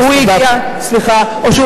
בקולה